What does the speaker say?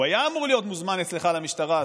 הוא היה אמור להיות מוזמן אצלך למשטרה,